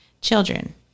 Children